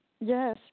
Yes